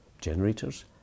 generators